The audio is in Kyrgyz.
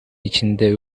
ичинде